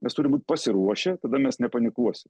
mes turim būt pasiruošę tada mes nepanikuosim